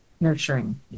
nurturing